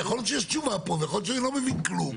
יכול להיות שיש תשובה פה ויכול להיות שאני לא מבין כלום.